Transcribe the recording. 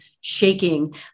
shaking